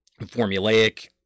formulaic